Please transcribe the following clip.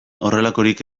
horrelakorik